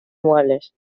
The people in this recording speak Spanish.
muebles